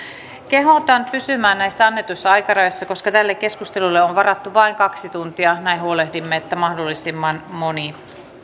kehotan pysymään näissä annetuissa aikarajoissa koska tälle keskustelulle on varattu aikaa vain kaksi tuntia näin huolehdimme että mahdollisimman moni